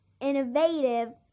innovative